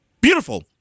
Beautiful